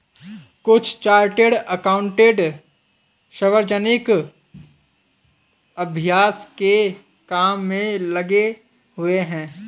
कुछ chartered accountant सार्वजनिक अभ्यास के काम में लगे हुए हैं